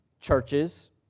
Churches